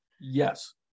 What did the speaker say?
Yes